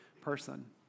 person